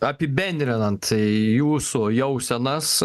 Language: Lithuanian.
apibendrinant į jūsų jau senas